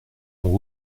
ont